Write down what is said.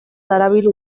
darabil